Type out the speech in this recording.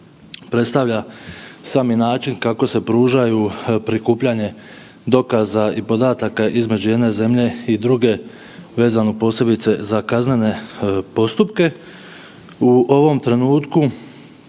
predstavlja sami način kako se pružaju prikupljanje dokaza i podataka između jedne zemlje i druge vezano posebice za kaznene postupke. U ovom trenutku